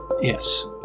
Yes